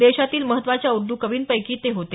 देशातील महत्त्वाच्या ऊर्द् कवींपैकी ते होते